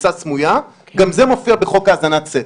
כניסה סמויה, גם זה מופיע בחוק האזנת סתר.